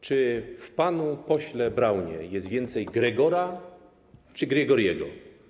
Czy w panu pośle Braunie jest więcej Gregora czy Gregory’ego?